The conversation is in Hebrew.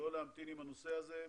לא להמתין בנושא הזה.